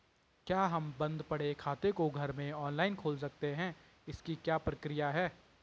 क्या हम बन्द पड़े खाते को घर में ऑनलाइन खोल सकते हैं इसकी क्या प्रक्रिया है?